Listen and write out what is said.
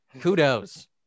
kudos